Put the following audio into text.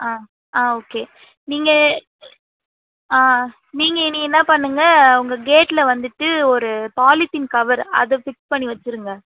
ஆ ஆ ஓகே நீங்கள் ஆ நீங்கள் இனி என்ன பண்ணுங்கள் உங்கள் கேட்டில் வந்துட்டு ஒரு பாலித்தீன் கவர் அதை ஃபிக்ஸ் பண்ணி வைச்சிருங்க